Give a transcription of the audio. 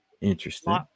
Interesting